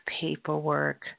paperwork